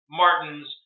martins